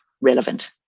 relevant